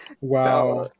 Wow